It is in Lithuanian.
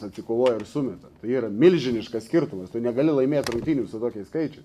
atsikovoja ir sumeta tai yra milžiniškas skirtumas tu negali laimėt rungtynių su tokiais skaičiais